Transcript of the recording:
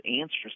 answers